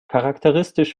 charakteristisch